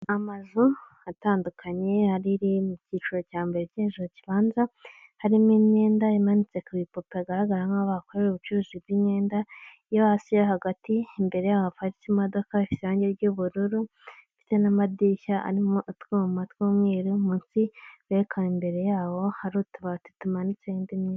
Amazu atandukanye hari iri mu cyiciro cya mbere cy'inzu kibanza, harimo imyenda imanitse ku ibipupe hagaragara nk'aho bahakorera ubucuruzi bw'imyenda, iyo hasi yo hagati, imbere yaho haparitse imodoka isize irange ry'ubururu, ndetse n'amadirishya arimo atwuma tw'umweru, munsi berekana imbere yaho, hari utubati tumanitse indi myenda.